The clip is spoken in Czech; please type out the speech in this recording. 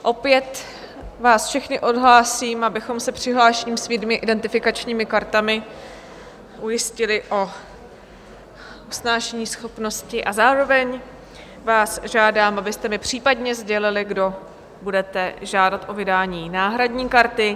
Opět vás všechny odhlásím, abychom se přihlášením svými identifikačními kartami ujistili o usnášeníschopnosti, a zároveň vás žádám, abyste mi případně sdělili, kdo budete žádat o vydání náhradní karty.